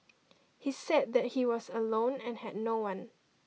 he said that he was alone and had no one